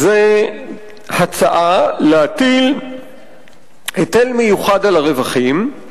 זו הצעה להטיל היטל מיוחד על הרווחים.